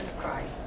Christ